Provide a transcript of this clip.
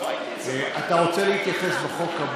והם גם ביקשו כמה